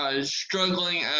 struggling